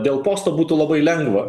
dėl posto būtų labai lengva